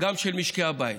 גם של משקי הבית,